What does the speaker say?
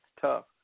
tough